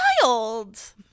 child